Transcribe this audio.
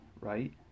right